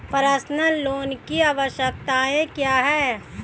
Personal loan की आवश्यकताएं क्या हैं?